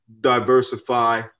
diversify